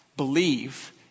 Believe